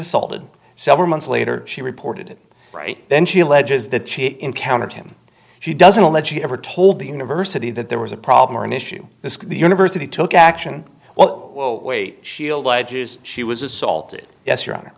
assaulted several months later she reported it right then she alleges that she encountered him she doesn't let you ever told the university that there was a problem or an issue this the university took action well well wait she'll ledges she was assaulted yes your honor